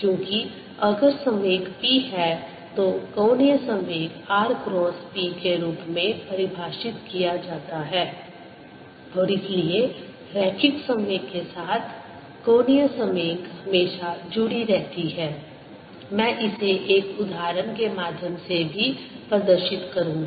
क्योंकि अगर संवेग p है तो कोणीय संवेग r क्रॉस p के रूप में परिभाषित किया जाता है और इसलिए रैखिक संवेग के साथ कोणीय संवेग हमेशा जुड़ी रहती है मैं इसे एक उदाहरण के माध्यम से भी प्रदर्शित करूंगा